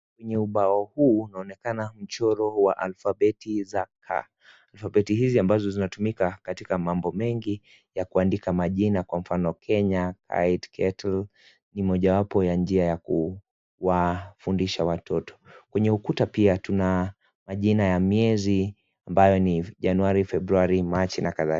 Kwenye ubao huu unaonekana mchoro wa alfabeti za ka . Alfabeti ambazo zinatumika katika mambo mengi ya kuandika majina kwa mfano Kenya aight kettle ni mojawapo ya njia ya kuwafundisha watoto. Kwenye ukuta pia tuna jina ya miezi ambayo ni Januari , Februari , Machi ma kadhalika.